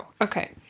Okay